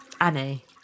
Annie